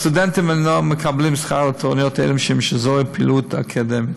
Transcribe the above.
הסטודנטים אינם מקבלים שכר על התורנויות האלה משום שזוהי פעילות אקדמית.